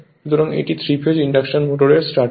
সুতরাং এটি 3 phase induction মোটরের স্টার্টার